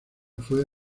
fue